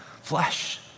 flesh